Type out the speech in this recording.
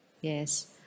Yes